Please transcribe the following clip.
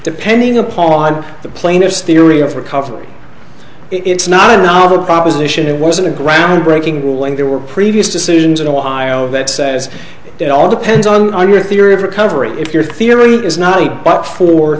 depending upon the plaintiff's theory of recovery it's not a novel proposition it wasn't a groundbreaking ruling there were previous decisions in ohio that says it all depends on your theory of recovery if your theory is not a but for